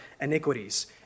iniquities